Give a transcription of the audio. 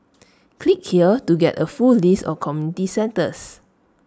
click here to get A full list of community centres